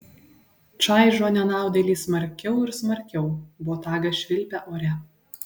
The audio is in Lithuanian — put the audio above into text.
čaižo nenaudėlį smarkiau ir smarkiau botagas švilpia ore